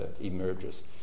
emerges